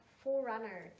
forerunner